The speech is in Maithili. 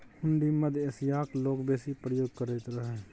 हुंडी मध्य एशियाक लोक बेसी प्रयोग करैत रहय